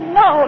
no